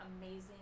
amazing